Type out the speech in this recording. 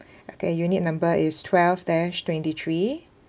okay unit number is twelve dash twenty three